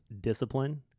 discipline